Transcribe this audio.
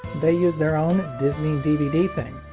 they use their own disney dvd thing,